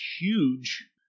huge